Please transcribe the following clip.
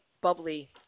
bubbly